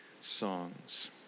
songs